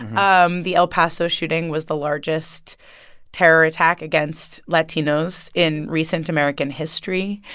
um the el paso shooting was the largest terror attack against latinos in recent american history.